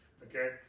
Okay